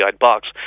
box